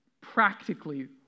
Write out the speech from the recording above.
Practically